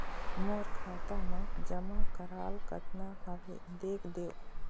मोर खाता मा जमा कराल कतना हवे देख देव?